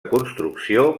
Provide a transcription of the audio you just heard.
construcció